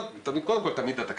קודם כל תמיד התקציב,